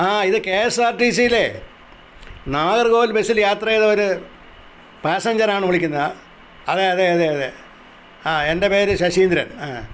ആ ഇത് K S R T സിയിലേ നാഗര്കോവില് ബസ്സില് യാത്ര ചെയ്ത ഒരു പാസഞ്ചറാണ് വിളിക്കുന്നത് അതെ അതെ അതെ അതെ ആ എന്റെ പേര് ശശീന്ദ്രന്